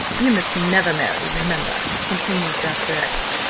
you must never marry, remember, continued dr. x,